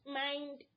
mind